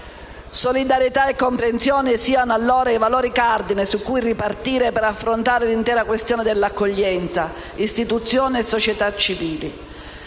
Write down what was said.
Solidarietà e comprensione siano, allora, i valori cardine su cui ripartire per affrontare l'intera questione dell'accoglienza, istituzioni e società civile.